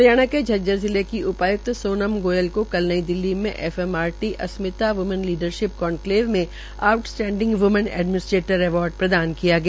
हरियाणा के झज्जर जिले के उपाय्क्त सोनम गोयल को कल नई दिल्ली में F M R T Asmita woman leadership conclave में आऊटस्टेंडिंग वूमन एडमीनीस्ट्रेटर अवार्ड प्रदान किया गया